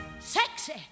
Sexy